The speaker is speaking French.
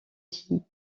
dit